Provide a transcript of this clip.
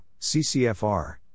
CCFR